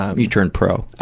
um you turned pro.